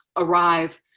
arrive